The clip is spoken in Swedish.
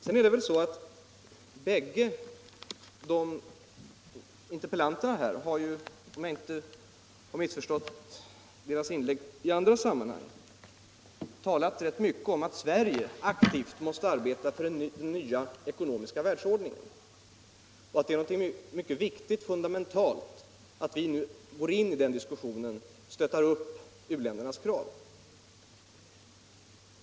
Både herr Måbrink och herr Olof Johansson i Stockholm har, om jag inte missförstått deras inlägg i andra sammanhang, talat rätt mycket om att Sverige aktivt måste arbeta för den s.k. nya ekonomiska världsordningen, att det är av fundamental vikt att vi går in i den diskussion och stöttar u-ländernas krav.